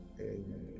Amen